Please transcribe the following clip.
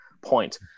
point